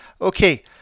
Okay